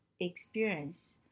experience